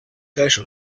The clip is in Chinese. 该省